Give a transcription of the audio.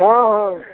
हंँ हँ